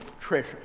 treasure